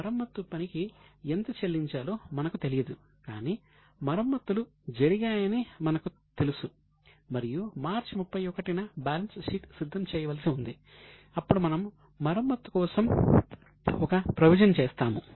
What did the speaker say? కాబట్టి మరమ్మత్తు పనికి ఎంత చెల్లించాలో మనకు తెలియదు కాని మరమ్మతులు జరిగాయని మనకు తెలుసు మరియు మార్చి 31 న బ్యాలెన్స్ షీట్ సిద్ధం చేయవలసి ఉంది అప్పుడు మనము మరమ్మత్తు కోసం ఒక ప్రొవిజన్ చేస్తాము